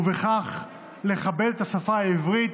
ובכך לכבד את השפה העברית,